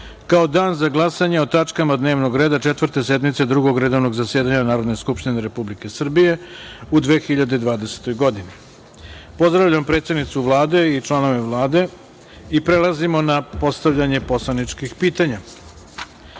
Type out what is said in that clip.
kao dan za glasanje o tačkama dnevnog reda Četvrte sednice Drugog redovnog zasedanja Narodne skupštine Republike Srbije u 2020. godini. Pozdravljam predsednicu Vlade i članove Vlade. Prelazimo na postavljanje poslaničkih pitanja. Reč